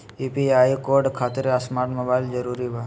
UPI code खातिर smart mobile जरूरी बा?